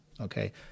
okay